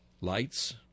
lights